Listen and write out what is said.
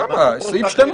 לפרוטוקול להגיד,